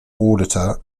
auditor